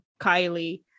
Kylie